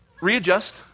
readjust